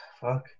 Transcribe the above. fuck